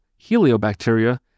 heliobacteria